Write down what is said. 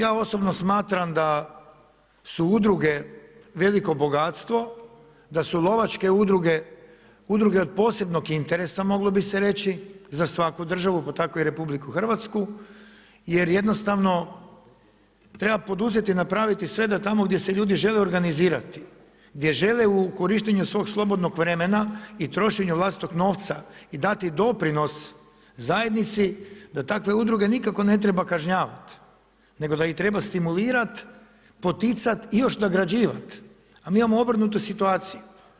Ja osobno smatram da su udruge veliko bogatstvo, da su lovačke udruge, udruge od posebnog interesa, moglo bi se reći, za svaku državu, pa tako i RH, jer jednostavno, treba poduzeti, napraviti sve da tamo gdje se ljudi žele organizirati, gdje žele u korištenju u svog slobodnog vremena i trošenju vlastitog novca i dati doprinos zajednici da takve udruge nikako ne treba kažnjavati, nego da ih treba stimulirat, poticat i još nagrađivat, a mi imamo obrnutu situaciju.